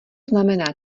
znamená